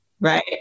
right